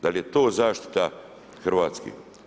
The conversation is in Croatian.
Da li je to zaštita Hrvatske?